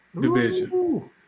division